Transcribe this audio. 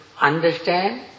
understand